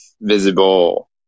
visible